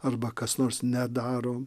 arba kas nors nedaro